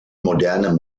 moderne